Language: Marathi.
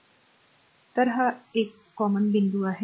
lrmतर हा common बिंदू आहे हा एक common बिंदू आहे